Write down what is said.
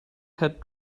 had